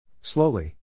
Slowly